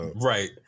Right